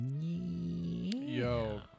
Yo